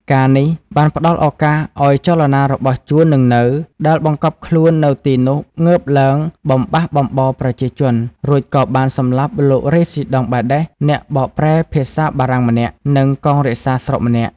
ការណ៍នេះបានផ្ដល់ឱកាសឱ្យចលនារបស់ជួន និងនៅដែលបង្កប់ខ្លួននៅទីនោះងើបឡើងបំបះបំបោរប្រជាជន រួចក៏បានសម្លាប់លោករេស៊ីដង់បាដេស អ្នកបកប្រែភាសាបារាំងម្នាក់ និងកងរក្សាស្រុកម្នាក់។